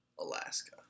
Alaska